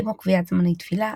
כמו קביעת זמני תפילה,